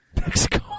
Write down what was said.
Mexico